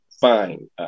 fine